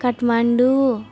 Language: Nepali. काठमाडौँ